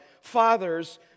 fathers